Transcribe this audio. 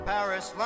Paris